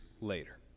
later